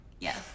yes